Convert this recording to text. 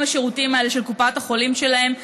השירותים האלה של קופת החולים שלהם,